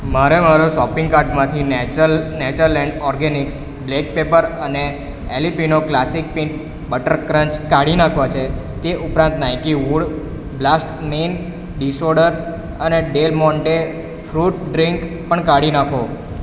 મારે મારો શોપિંગ કાર્ટમાંથી nature natural and organics black pepper અને Alpino classic peanut butter crunch કાઢી નાખવા છે તે ઉપરાંત નાઈકી વૂડ બ્લાસ્ટ મીન ડીસઓડર અને ડેલ મોન્ટે ફ્રૂટ ડ્રીંક પણ કાઢી નાંખો